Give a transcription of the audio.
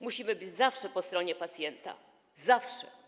Musimy być zawsze po stronie pacjenta, zawsze.